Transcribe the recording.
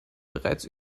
bereits